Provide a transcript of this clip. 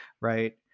right